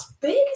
big